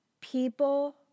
People